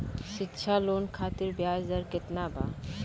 शिक्षा लोन खातिर ब्याज दर केतना बा?